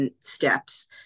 steps